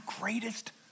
greatest